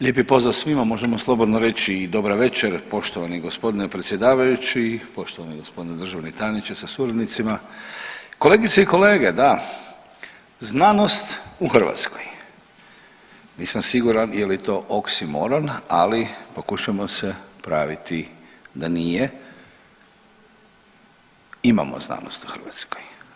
Lijepi pozdrav svima, možemo slobodno reći i dobra večer poštovani gospodine predsjedavajući, poštovani gospodine državni tajniče sa suradnicima, kolegice i kolege, da, znanost u Hrvatskoj, nisam siguran je li to oksimoron ali pokušajmo se praviti da nije, imamo znanost u Hrvatskoj.